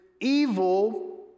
evil